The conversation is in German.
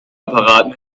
apparat